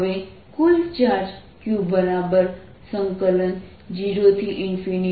હવે કુલ charge Q00e αr